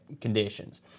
conditions